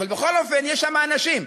אבל בכל אופן, יש שם אנשים.